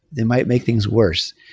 they might make things worse.